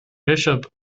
bishop